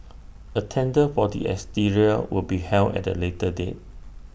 A tender for the exterior will be held at A later date